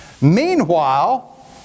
Meanwhile